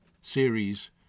series